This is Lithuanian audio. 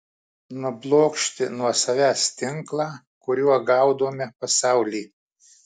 nublokšti nuo savęs tinklą kuriuo gaudome pasaulį